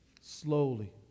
slowly